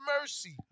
mercy